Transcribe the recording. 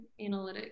analytics